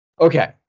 Okay